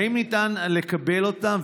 האם ניתן לקבל אותה?